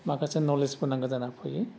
माखासे नलेजबो नांगौ जानानै फैयो